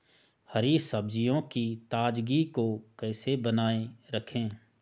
हरी सब्जियों की ताजगी को कैसे बनाये रखें?